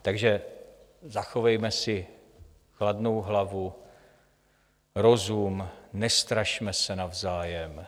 Takže zachovejme si chladnou hlavu, rozum, nestrašme se navzájem.